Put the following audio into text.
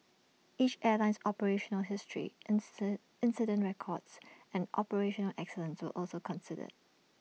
each airline's operational history incident records and operational excellence to also considered